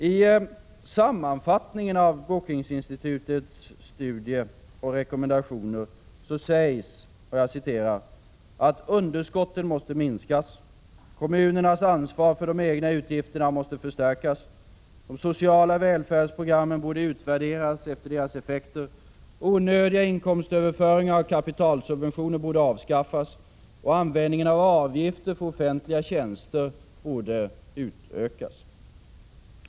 I sammanfattningen av Brookinginstitutets studie och rekommendationer sägs att ”underskotten måste minskas, kommunernas ansvar för de egna utgifterna måste förstärkas, de sociala välfärdsprogrammen borde utvärderas efter deras effekter, onödiga inkomstöverföringar och kapitalsubventioner borde avskaffas och användningen av avgifter för offentliga tjänster borde utökas”.